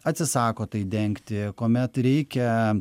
atsisako tai dengti kuomet reikia